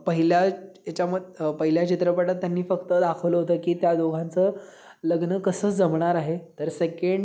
पहिल्या याच्याम पहिल्या चित्रपटात त्यांनी फक्त दाखवलं होतं की त्या दोघांचं लग्न कसं जमणार आहे तर सेकेंड